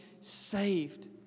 saved